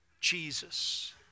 Jesus